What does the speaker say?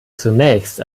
zunächst